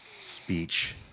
speech